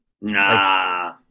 Nah